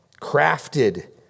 crafted